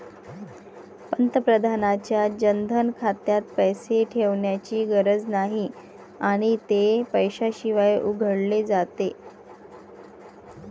पंतप्रधानांच्या जनधन खात्यात पैसे ठेवण्याची गरज नाही आणि ते पैशाशिवाय उघडले जाते